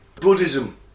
Buddhism